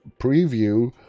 preview